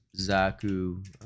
Zaku